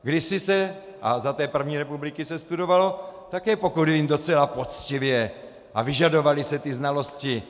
Kdysi se a za té první republiky se studovalo také, pokud vím, docela poctivě a vyžadovaly se ty znalosti.